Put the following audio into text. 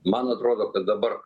man atrodo kad dabar